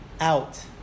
out